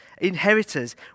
inheritors